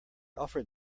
offered